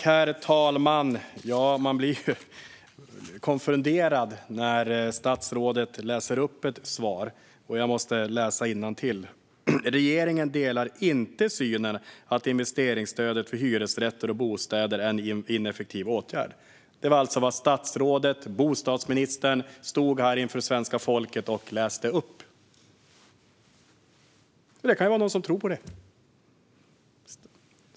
Herr talman! Ja, man blir ju konfunderad när statsrådet ger sitt svar. "Regeringen delar inte synen att investeringsstödet för hyresrätter och bostäder för studerande är en ineffektiv åtgärd." Det var alltså vad statsrådet, bostadsministern, stod här inför svenska folket och sa. Det kan ju vara någon som tror på det.